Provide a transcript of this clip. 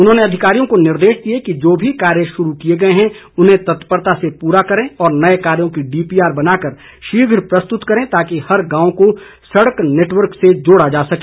उन्होंने अधिकारियों को निर्देश दिए कि जो भी कार्य शुरू किए गए हैं उन्हें तत्परता से पूरा करें और नए कार्यों की डीपीआर बनाकर शीघ्र प्रस्तुत करें ताकि हर गांव को सड़क नेटवर्क से जोड़ा जा सके